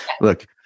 look